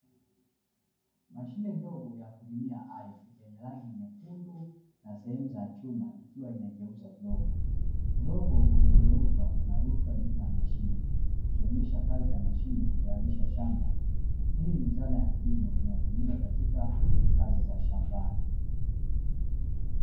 Mashine ndogo ya kulimia ardhi yenye rangi nyekundu na sehemu za chuma ikiwa inageuza udongo; udongo uliogeuzwa unarushwa nyuma ya mashine, ikionyesha kazi ya mashine kutayarisha shamba. Hii ni zana ya kilimo inayotumika katika kazi za shambani.